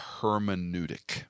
hermeneutic